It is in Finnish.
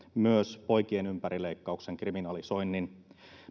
myös poikien ympärileikkauksen kriminalisoinnin